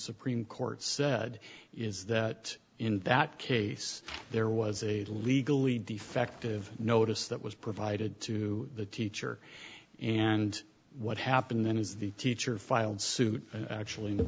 supreme court said is that in that case there was a legally defective notice that was provided to the teacher and what happened then is the teacher filed suit actually